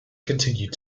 continued